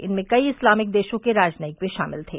इनमें कई इस्लामिक देशों के राजनयिक भी शामिल थे